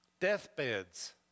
Deathbeds